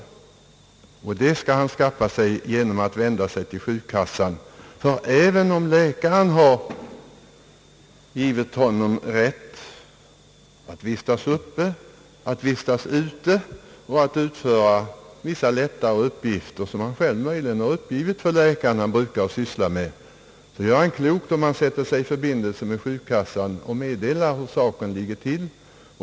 Det tillståndet skall han skaffa sig genom att vända sig till sjukkassan. Även om läkaren har givit honom rätt att vistas uppe eller vistas ute och att utföra vissa lättare uppgifter, som han själv har uppgivit för läkaren att han brukar syssla med, gör han klokt i att sätta sig i förbindel se med sjukkassan och meddela hur saken ligger till.